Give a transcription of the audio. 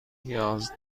نیاز